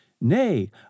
nay